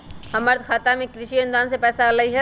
हमर खाता में कृषि अनुदान के पैसा अलई?